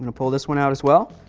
and pull this one out as well.